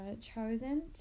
chosen